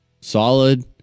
solid